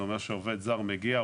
זה אומר שעובד זר מגיע,